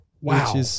Wow